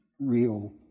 real